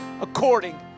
according